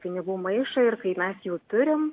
pinigų maišą ir kai mes jau turim